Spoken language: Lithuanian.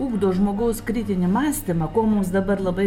ugdo žmogaus kritinį mąstymą ko mums dabar labai